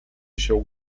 się